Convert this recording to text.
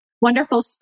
wonderful